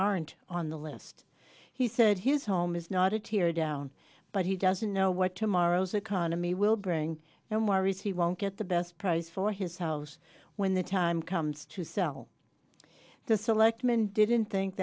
aren't on the list he said his home is not a teardown but he doesn't know what tomorrow's economy will bring and worries he won't get the best price for his house when the time comes to sell the selectmen didn't think